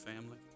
family